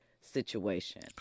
situation